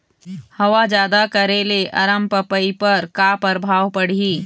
हवा जादा करे ले अरमपपई पर का परभाव पड़िही?